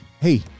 hey